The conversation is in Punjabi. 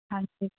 ਹਾਂਜੀ